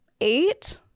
eight